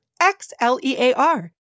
X-L-E-A-R